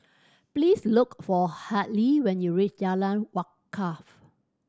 please look for Hartley when you reach Jalan Wakaff